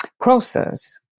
process